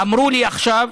עכשיו,